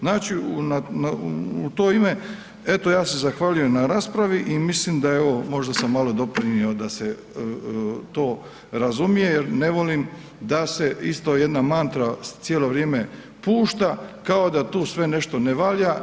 Znači, na, u to ime eto ja se zahvaljujem na raspravi i mislim da je ovo, možda sam malo doprinio da se to razumije jer ne volim da se isto jedna mantra cijelo vrijeme pušta kao da tu sve nešto ne valja.